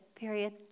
period